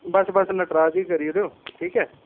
बस बस नटराज दी करी ओड़ेओ ठीक ऐ